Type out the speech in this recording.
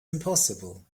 impossible